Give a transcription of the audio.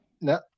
No